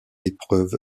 épreuve